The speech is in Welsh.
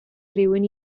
rywun